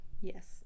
Yes